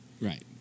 Right